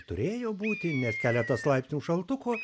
turėjo būti net keletas laipsnių šaltuko